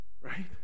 right